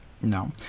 No